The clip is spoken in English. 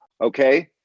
okay